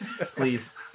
Please